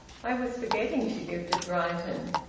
i was forgetting she lived at brighton.